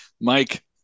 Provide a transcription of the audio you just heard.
Mike